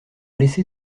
laissé